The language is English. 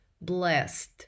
BLESSED